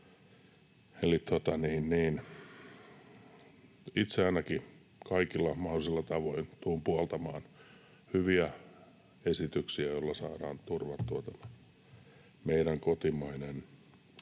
itse ainakin kaikin mahdollisin tavoin tulen puoltamaan hyviä esityksiä, joilla saadaan turvattua tämä meidän kotimainen